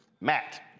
Matt